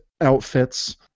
outfits